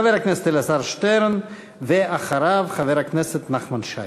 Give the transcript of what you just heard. חבר הכנסת אלעזר שטרן, ואחריו, חבר הכנסת נחמן שי.